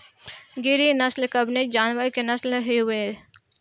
गिरी नश्ल कवने जानवर के नस्ल हयुवे?